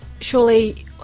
surely